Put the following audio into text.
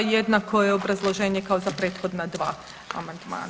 Jednako je obrazloženje kao za prethodna dva amandmana.